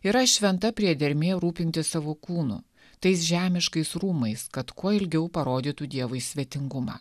yra šventa priedermė rūpintis savo kūnu tais žemiškais rūmais kad kuo ilgiau parodytų dievui svetingumą